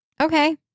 Okay